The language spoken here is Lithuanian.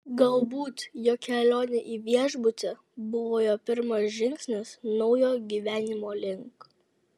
galbūt jo kelionė į viešbutį buvo jo pirmas žingsnis naujo gyvenimo link